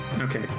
Okay